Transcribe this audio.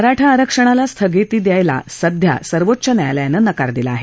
मराठा आरक्षणाला सध्या स्थगिती द्यायला सर्वोच्च न्यायालयानं नकार दिला आहे